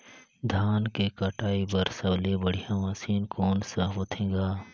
धान के कटाई बर सबले बढ़िया मशीन कोन सा होथे ग?